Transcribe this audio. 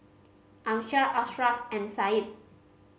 Amsyar Ashraff and Said